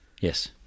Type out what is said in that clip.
Yes